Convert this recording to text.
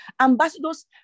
Ambassadors